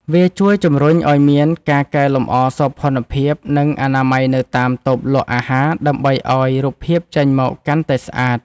វាជួយជំរុញឱ្យមានការកែលម្អសោភ័ណភាព និងអនាម័យនៅតាមតូបលក់អាហារ ដើម្បីឱ្យរូបភាពចេញមកកាន់តែស្អាត។